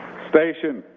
station,